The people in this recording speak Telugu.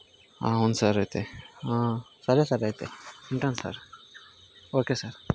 అవును సార్ అయితే సరే సార్ అయితే ఉంటాను సార్ ఓకే సార్